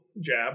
jab